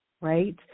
right